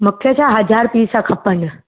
मूंखे छा हज़ार पीस खपनि